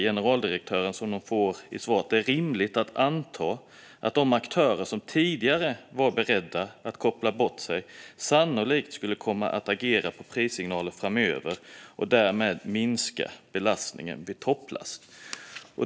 Generaldirektören svarar vidare att det är rimligt att anta att de aktörer som tidigare var beredda att koppla bort sig sannolikt skulle komma att agera på prissignaler framöver och därmed minska belastningen vid topplast.